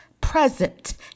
present